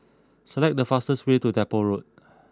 select the fastest way to Depot Road